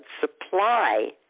supply